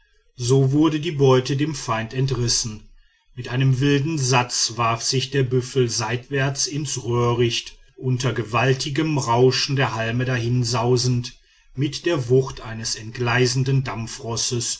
so wurde die beute dem feinde entrissen mit einem wilden satz warf sich der büffel seitwärts ins röhricht unter gewaltigem rauschen der halme dahinsausend mit der wucht eines entgleisenden dampfrosses